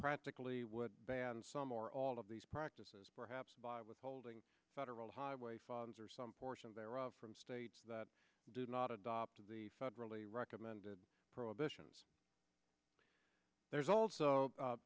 practically would ban some or all of these practices perhaps by withholding federal highway funds or some portion thereof from states that do not adopt to the federally recommended prohibitions there's also a